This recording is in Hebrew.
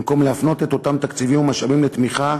במקום להפנות את אותם תקציבים ומשאבים לתמיכה